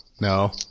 No